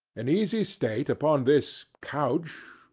in easy state upon this couch,